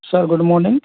sir good morning